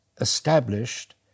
established